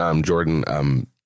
Jordan